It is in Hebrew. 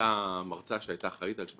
אבל למה הוא לא נניח סמך על כך שלשכת